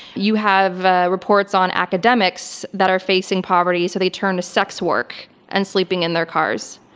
you have ah reports on academics that are facing poverty so they turn to sex work and sleeping in their cars.